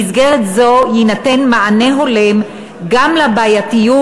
במסגרת זו יינתן מענה הולם גם לבעייתיות